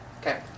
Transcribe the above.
Okay